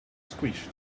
squished